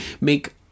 make